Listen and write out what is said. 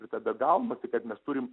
tada gaunasi kad mes turim